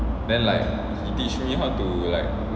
then like he teach me how to like